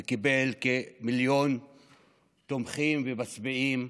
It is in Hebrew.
והוא קיבל כמיליון תומכים ומצביעים.